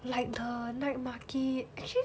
like the night market actually